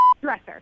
dresser